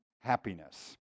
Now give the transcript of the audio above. happiness